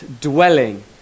dwelling